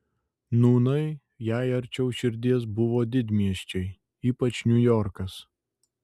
nūnai jai arčiau širdies buvo didmiesčiai ypač niujorkas